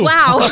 Wow